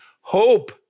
Hope